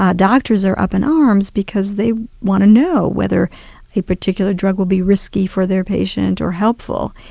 ah doctors are up in arms because they want to know whether a particular drug will be risky for their patient or helpful,